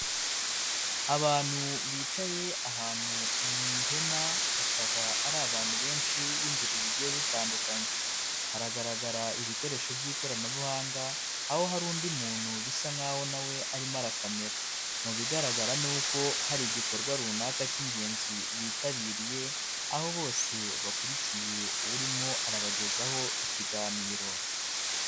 Abantu bicaye ahantu mu ihema, bakaba ari abantu benshi b'ingeri zigiye zitandukanye, haragaragara ibikoresho by'ikoranabuhanga aho hari undi muntu bisa nk'aho nawe arimo ara kamera, mu bigaragara n'uko hari igikorwa runaka cy'ingenzi bitabiriye aho bose bakurikiye urimo arabagezaho ikiganiro.